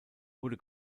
wurde